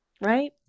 right